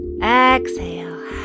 Exhale